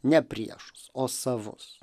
ne priešus o savus